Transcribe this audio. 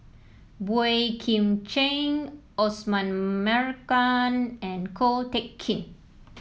Boey Kim Cheng Osman Merican and Ko Teck Kin